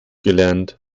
gelernt